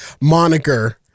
moniker